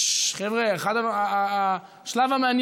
העבודה, הרווחה והבריאות של הכנסת.